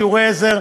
שיעורי עזר,